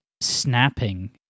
snapping